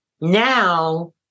now